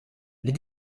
les